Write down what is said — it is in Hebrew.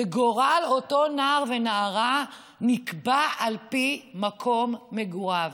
וגורל אותו נער ונערה נקבע על פי מקום מגוריו?